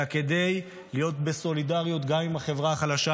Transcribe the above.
אלא כדי להיות בסולידריות גם עם החברה החלשה,